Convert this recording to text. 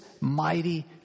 mighty